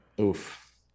oof